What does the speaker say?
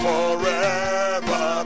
Forever